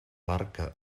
barca